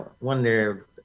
wonder